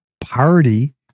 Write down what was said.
party